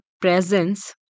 presence